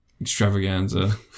extravaganza